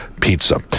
pizza